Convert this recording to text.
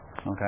Okay